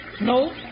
No